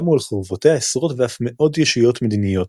קמו על חורבותיה עשרות ואף מאות ישויות מדיניות,